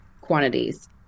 quantities